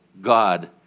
God